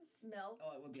Smell